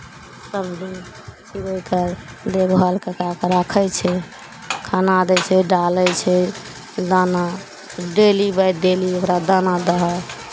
सभ दिन चिड़ैके देखभाल कए कऽ राखै छै खाना दै छै डालै छै दाना डेली बाइ डेली ओकरा दाना दहक